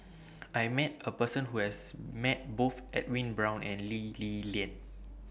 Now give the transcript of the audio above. I Met A Person Who has Met Both Edwin Brown and Lee Li Lian